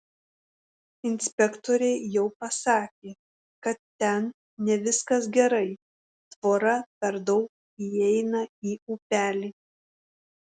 inspektoriai jau pasakė kad ten ne viskas gerai tvora per daug įeina į upelį